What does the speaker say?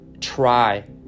try